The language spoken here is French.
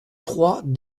trois